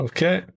Okay